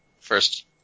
first